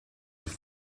have